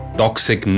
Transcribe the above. toxic